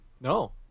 no